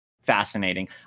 fascinating